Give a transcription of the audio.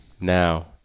Now—